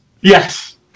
Yes